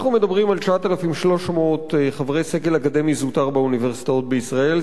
אנחנו מדברים על 9,300 חברי סגל אקדמי זוטר באוניברסיטאות בישראל,